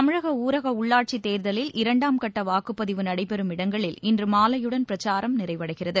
தமிழக ஊரக உள்ளாட்சித் தேர்தலில் இரண்டாம்கட்ட வாக்குப்பதிவு நடைபெறும் இடங்களில் இன்று மாலையுடன் பிரச்சாரம் நிறைவடைகிறது